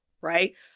right